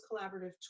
collaborative